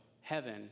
heaven